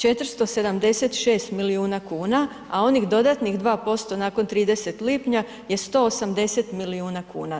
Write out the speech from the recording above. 476 milijuna kuna a onih dodatnih 2% nakon 30. lipnja je 180 milijuna kuna.